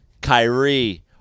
Kyrie